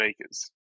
acres